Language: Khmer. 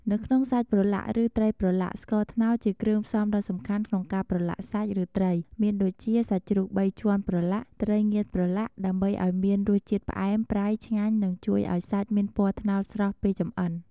នៅក្នុងសាច់ប្រឡាក់ឬត្រីប្រឡាក់ ស្ករត្នោតជាគ្រឿងផ្សំដ៏សំខាន់ក្នុងការប្រឡាក់សាច់ ឬត្រី មានដូចជា សាច់ជ្រូកបីជាន់ប្រឡាក់ ត្រីងៀតប្រឡាក់ ដើម្បីឱ្យមានរសជាតិផ្អែម ប្រៃ ឆ្ងាញ់ និងជួយឱ្យសាច់មានពណ៌ត្នោតស្រស់ពេលចម្អិន។